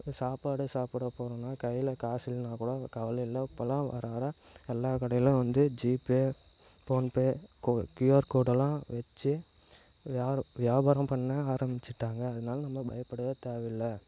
சாப்பாடு சாப்புடப் போறோன்னா கையில் காசு இல்லைன்னா கூட கவலை இல்லை இப்போல்லாம் வர வர எல்லா கடையிலையும் வந்து ஜிபே போன்பே கோ க்யூஆர் கோடுலாம் வச்சு வியார் வியாபாரம் பண்ண ஆரம்பிச்சுவிட்டாங்க அதனால் நம்ம பயப்படவே தேவையில்லை